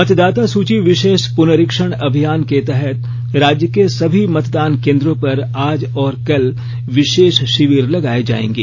मतदाता सुची विशेष पुनरीक्षण अभियान के तहत राज्य के सभी मतदान केंद्रों पर आज और कल विशेष शिविर लगाए जाएगे